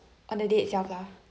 on the date itself lah